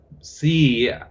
see